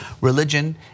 religion